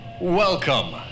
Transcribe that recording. Welcome